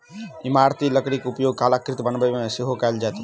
इमारती लकड़ीक उपयोग कलाकृति बनाबयमे सेहो कयल जाइत अछि